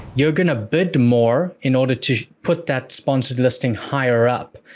you're going to bid more in order to put that sponsored listing higher up.